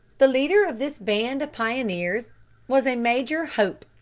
the leader of this band of pioneers was a major hope,